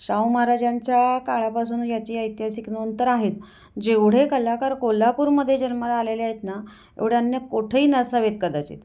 शाहू महाराजांच्या काळापासून याची ऐतिहासिक नोंद तर आहेच जेवढे कलाकार कोल्हापूरमध्ये जन्माला आलेले आहेत ना एवढे अन्य कोठेही नसावेत कदाचित